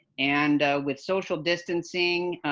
and with social distancing,